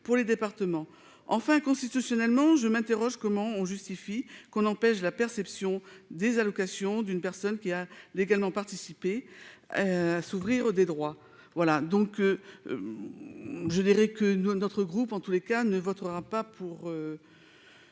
pour les départements, enfin, constitutionnellement, je m'interroge : comment on justifie qu'on empêche la perception des allocations d'une personne qui a également participé à s'ouvrir des droits voilà donc je dirais que nous, notre groupe en tous les cas, ne votera pas pour